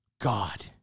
God